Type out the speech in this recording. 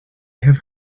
have